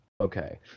Okay